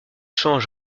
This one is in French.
change